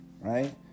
right